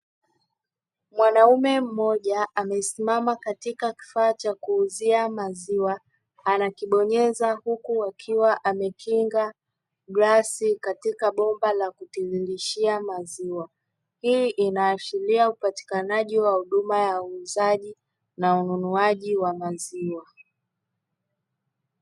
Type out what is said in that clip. Mwanaume mmoja amesimama katika kifaa cha kuuzia maziwa, anakibonyeza huku akiwa amekinga glasi katika bomba la kutiririshia maziwa. Hii inaashiria upatikanaji wa huduma ya uuzaji na ununuaji wa maziwa.